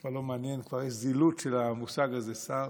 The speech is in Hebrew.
בכלל לא מעניין, כבר יש זילות של המושג הזה "שר"